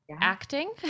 acting